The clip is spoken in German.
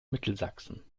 mittelsachsen